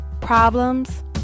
problems